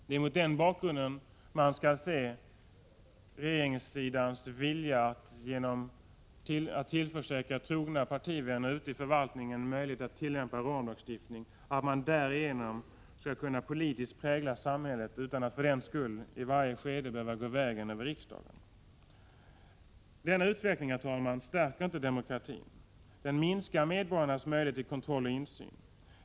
Det är mot denna bakgrund man skall se regeringssidans vilja att tillförsäkra trogna partivänner ute i förvaltningen möjligheten att tillämpa ramlagstiftning så att man därigenom skall kunna politiskt styra samhället utan att för den skull i varje skede behöva gå vägen över riksdagen. Den utvecklingen, herr talman, stärker inte demokratin. Den minskar medborgarnas möjlighet till kontroll och insyn.